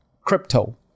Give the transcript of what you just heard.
crypto